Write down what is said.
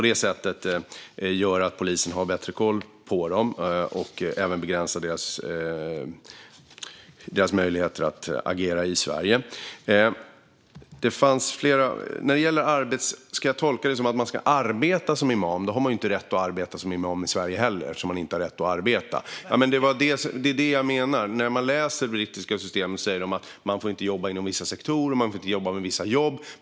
Det gör att polisen har bättre koll på dem och även begränsar deras möjligheter att agera i Sverige. Om jag ska tolka det som att man ska arbeta som imam har man inte rätt att arbeta som imam i Sverige heller, eftersom man inte har rätt att arbeta. När jag läser om det brittiska systemet sägs det att man inte får jobba inom vissa sektorer och att man inte får ha vissa jobb.